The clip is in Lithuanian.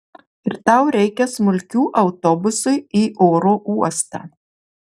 ir tau reikia smulkių autobusui į oro uostą